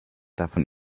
davon